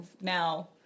now